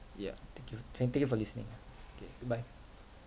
yup thank you f~ thank thank you for listening ah okay goodbye